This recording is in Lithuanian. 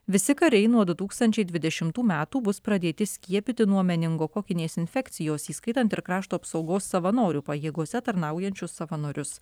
visi kariai nuo du tūkstančiai dvidešimtų metų bus pradėti skiepyti nuo meningokokinės infekcijos įskaitant ir krašto apsaugos savanorių pajėgose tarnaujančius savanorius